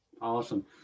Awesome